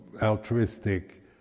altruistic